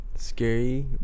Scary